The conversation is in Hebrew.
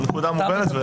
הנקודה מובנת.